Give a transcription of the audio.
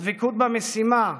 הדבקות במשימה,